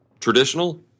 Traditional